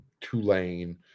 Tulane